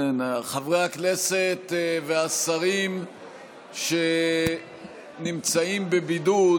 חברי הכנסת והשרים שנמצאים בבידוד,